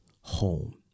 home